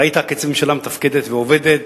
ראית כיצד ממשלה מתפקדת ועובדת,